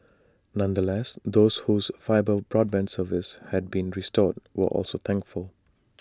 nonetheless those whose fibre broadband service had been restored were also thankful